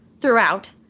throughout